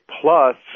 plus